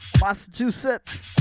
Massachusetts